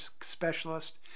specialist